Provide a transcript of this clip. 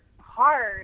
hard